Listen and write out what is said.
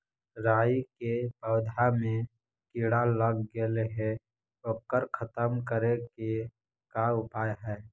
राई के पौधा में किड़ा लग गेले हे ओकर खत्म करे के का उपाय है?